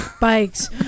bikes